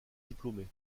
diplômés